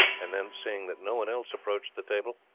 and then seeing that no one else approached the table,